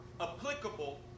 applicable